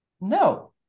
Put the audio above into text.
no